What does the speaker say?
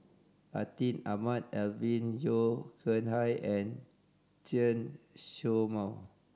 Atin Amat Alvin Yeo Khirn Hai and Chen Show Mao